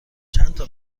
چندتا